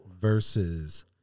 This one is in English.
versus